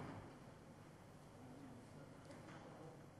שלא לדבר על זה שיש פער גדול בין אלה שיוצאים לחו"ל למשימות,